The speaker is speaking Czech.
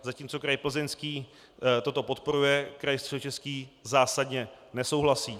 Zatímco kraj Plzeňský toto podporuje, kraj Středočeský zásadně nesouhlasí.